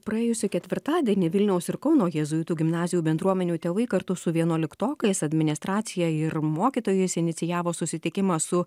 praėjusį ketvirtadienį vilniaus ir kauno jėzuitų gimnazijų bendruomenių tėvai kartu su vienuoliktokais administracija ir mokytojais inicijavo susitikimą su